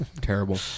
Terrible